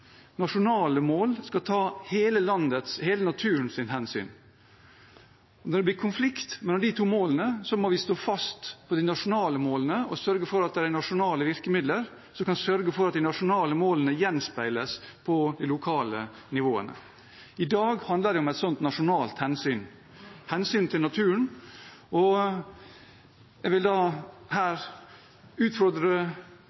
hele naturen. Når det blir konflikt mellom de to målene, må vi stå fast på de nasjonale målene og sørge for at det er nasjonale virkemidler som kan sørge for at de nasjonale målene gjenspeiles på de lokale nivåene. I dag handler det om et slikt nasjonalt hensyn, hensynet til naturen, og jeg vil